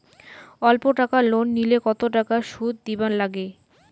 অল্প টাকা লোন নিলে কতো টাকা শুধ দিবার লাগে?